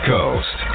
Coast